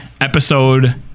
Episode